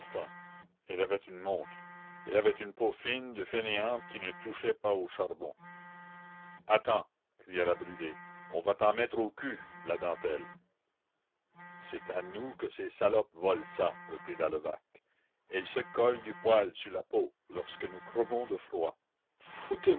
elle avait une montre elle avait une peau fine de fainéante qui ne touchait pas au charbon attends cria la brûlé on va t'en mettre au cul de la dentelle c'est à nous que ces salopes volent ça reprit la levaque elles se collent du poil sur la peau lorsque nous crevons de froid